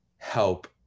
Help